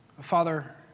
Father